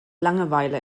langeweile